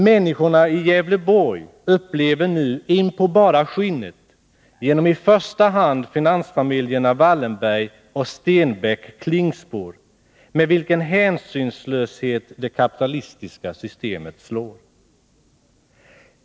Människorna i Gävleborg upplever nu in på bara skinnet, genom i första hand finansfamiljerna Wallenberg och Stenbeck-Klingspor, med vilken hänsynslöshet det kapitalistiska systemet slår.